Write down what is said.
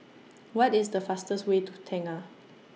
What IS The fastest Way to Tengah